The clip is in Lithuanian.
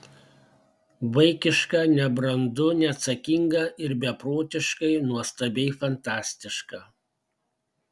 vaikiška nebrandu neatsakinga ir beprotiškai nuostabiai fantastiška